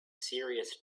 serious